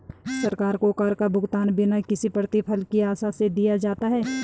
सरकार को कर का भुगतान बिना किसी प्रतिफल की आशा से दिया जाता है